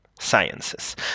sciences